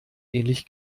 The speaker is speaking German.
ähnlich